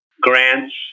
grants